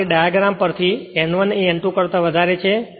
કારણ કે ડાયગ્રામ પર થી N1 એ N2 કરતાં વધારે છે